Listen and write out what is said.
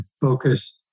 focus